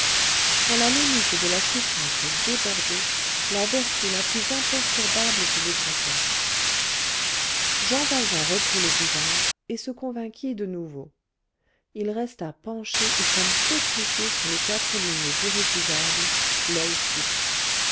quand la limite de la souffrance est débordée la vertu la plus imperturbable se déconcerte jean valjean reprit le buvard et se convainquit de nouveau il resta penché et comme pétrifié sur les quatre lignes irrécusables l'oeil fixe